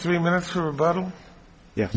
three minutes for a bottle yeah